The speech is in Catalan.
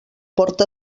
porta